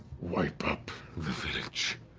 wipe up the village.